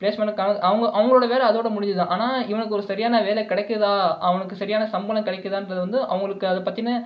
ப்ளேஸ்மெண்ட்டும் கணக்கு அவங்க அவர்களோட வேலை அதோடு முடிஞ்சிது ஆனால் இவனுக்கு ஒரு சரியான வேலை கிடைக்குதா அவனுக்கு சரியான சம்பளம் கிடைக்குதான்றது வந்து அவர்களுக்கு அதை பற்றின